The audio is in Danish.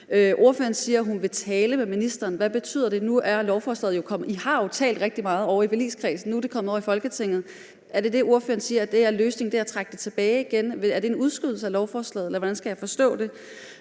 Ordføreren siger, at hun vil tale med ministeren. Hvad betyder det? Nu er lovforslaget jo kommet. I har jo talt rigtig meget ovre i forligskredsen. Nu er det kommet over i Folketinget. Er det, ordføreren siger, at løsningen er at trække det tilbage igen? Er det en udskydelse af lovforslaget, eller hvordan skal jeg forstå det?